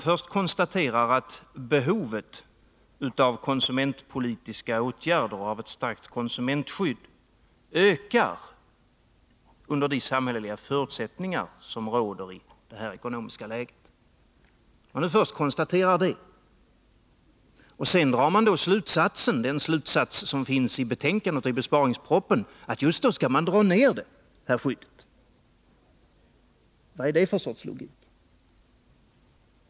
Först konstaterar han att behovet av konsumentpolitiska åtgärder och av ett starkt konsumentskydd ökar under de samhälleliga förutsättningar som råder i nuvarande ekonomiska läge och drar sedan den slutsats som finns i betänkandet och besparingspropositionen, att man just då skall dra ner skyddet. Vad är det för sorts logik?